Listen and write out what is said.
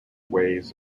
weighs